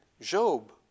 Job